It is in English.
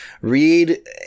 read